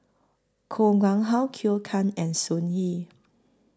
Koh Nguang How Cleo Thang and Sun Yee